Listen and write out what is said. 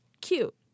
Cute